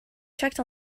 checked